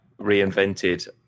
reinvented